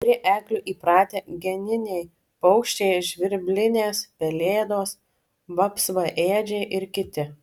prie eglių įpratę geniniai paukščiai žvirblinės pelėdos vapsvaėdžiai ir kiti